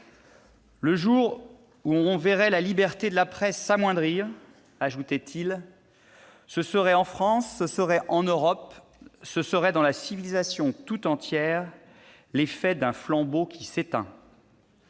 Le jour où [...] on verrait [...] la liberté de la presse s'amoindrir [...], ce serait en France, ce serait en Europe, ce serait dans la civilisation tout entière l'effet d'un flambeau qui s'éteint